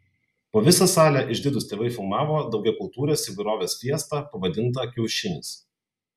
po visą salę išdidūs tėvai filmavo daugiakultūrės įvairovės fiestą pavadintą kiaušinis